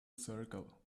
circle